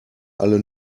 alle